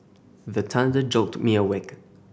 the thunder jolt me awake